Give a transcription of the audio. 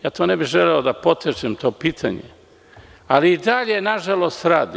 Ne bih želeo da potežem to pitanje, ali i dalje, nažalost, rade.